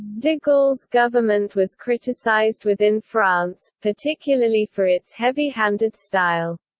de gaulle's government was criticized within france, particularly for its heavy-handed style.